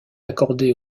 accordé